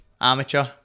amateur